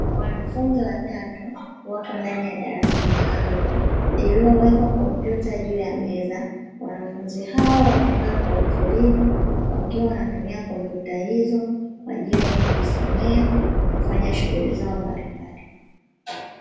Wanafunzi watatu wako ndani ya darasa maalum Lililowekwa kompyuta juu ya meza, wanafunzi hao wamekaa kwa utulivu wakiwa wanatumia kompyuta hizo kwa ajili ya kujisomea na kufanya shughuli zao mbalimbali.